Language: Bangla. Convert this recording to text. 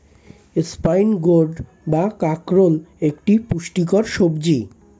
স্পাইন গোর্ড বা কাঁকরোল একটি পুষ্টিকর সবজি